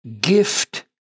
gift